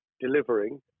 delivering